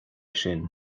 sin